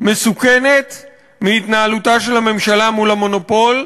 ומסוכנת מהתנהלותה של הממשלה מול המונופול,